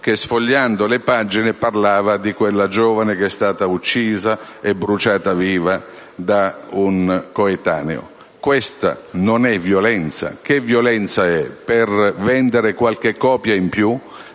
che, sfogliando le pagine, mostrava la giovane che è stata uccisa e bruciata viva da un coetaneo. Questa non è violenza? Per vendere qualche copia in più?